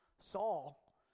Saul